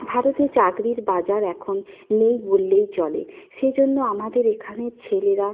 ভারতে চাকরির বাজার এখন নেই বললেই চলে সেজন্য আমাদের এখানের ছেলেরা